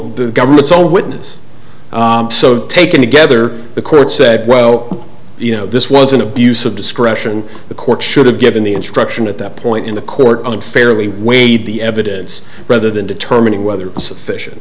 own government's own witness so taken together the court said well you know this was an abuse of discretion the court should have given the instruction at that point in the court on fairly weighed the evidence rather than determining whether sufficient